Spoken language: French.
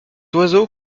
oiseau